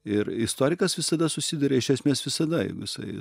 ir istorikas visada susiduria iš esmės visada jeigu jisai